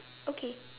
okay